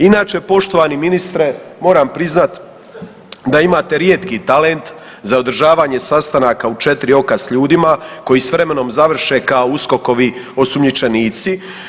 Inače, poštovani ministre moram priznati da imate rijetki talent za održavanje sastanaka u 4 oka s ljudima koji s vremenom završe kao USKOK-ovi osumnjičenici.